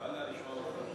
ואללה, נשמע אותך.